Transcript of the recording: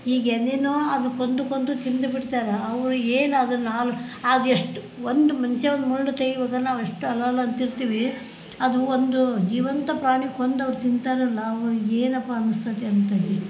ಈಗ ಏನೇನೊ ಅದು ಕೊಂದು ಕೊಂದು ತಿಂದು ಬಿಡ್ತಾರೆ ಅವರು ಏನು ಅದನ್ನು ಹಾಲು ಅದೆಷ್ಟು ಒಂದು ಮನುಷ್ಯ ಒಂದು ಮುಳ್ಳು ತೆಗಿಬೇಕಂದ್ರೆ ಅವನೆಷ್ಟು ಅಲಲ ಅಂತಿರ್ತೀವಿ ಅದು ಒಂದು ಜೀವಂತ ಪ್ರಾಣಿ ಕೊಂದು ಅವ್ರು ತಿಂತಾರಲ್ಲ ಅವ್ರಿಗೆ ಏನಪ್ಪ ಅನಿಸ್ತದೆ ಅಂತ ಹೇಳಿ